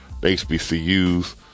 HBCUs